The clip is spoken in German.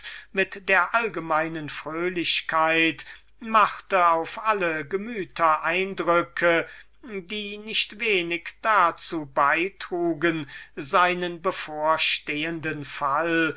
mit der allgemeinen fröhlichkeit eindrücke auf alle gemüter welche nicht wenig dazu beitrugen seinen bevorstehenden fall